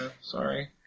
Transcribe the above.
sorry